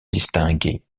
distingué